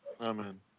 Amen